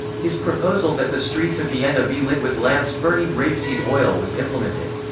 his proposal that the streets of vienna be lit with lamps burning rapeseed oil was implemented.